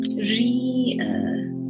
re